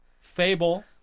Fable